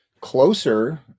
closer